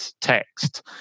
text